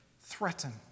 threaten